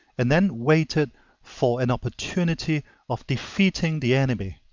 and then waited for an opportunity of defeating the enemy.